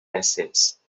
essays